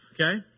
okay